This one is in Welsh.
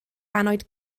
annwyd